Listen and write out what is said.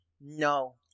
No